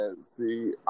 see